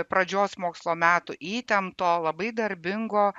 pradžios mokslo metų įtempto labai darbingo